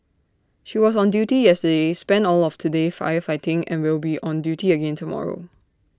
she was on duty yesterday spent all of today firefighting and will be on duty again tomorrow